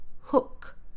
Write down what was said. hook